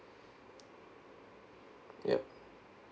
yup